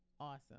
awesome